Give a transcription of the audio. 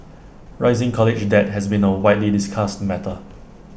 rising college debt has been A widely discussed matter